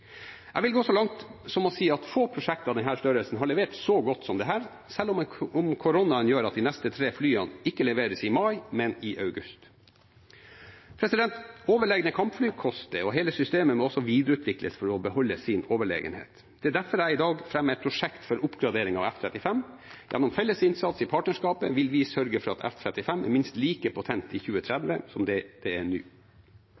Jeg vil gå så langt som å si at få prosjekt av denne størrelsen har levert så godt som dette, selv om koronaen gjør at de neste tre flyene ikke leveres i mai, men i august. Overlegne kampfly koster, og hele systemet må videreutvikles for å beholde sin overlegenhet. Derfor fremmer jeg i dag et prosjekt for oppgradering av F-35. Gjennom felles innsats i partnerskapet vil vi sørge for at F-35 er minst like potent i